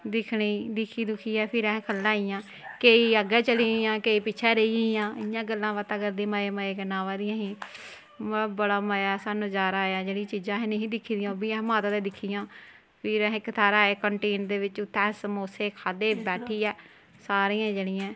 दिक्खने गी दिक्खी दुक्खियै फिर अस थल्लै आई गेइयां केईं अग्गें चली गेइयां केईं पिच्छें रेही गेइयां इयां गल्लां बातां करदे मजे मजे कन्नै अवा दियां हां बड़ा मजा सानू नजारा आया जेह्ड़ी चीजां असें नेईं हियां दिक्खी दियां असें माता दे दिक्खियां फिर अस इक थाह्र आए कंटीन दे बिच्च उत्थैं असें समोसो खाद्धे बैठियै सारियें जनियें